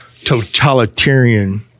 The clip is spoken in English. totalitarian